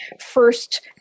first